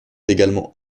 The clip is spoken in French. également